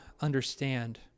understand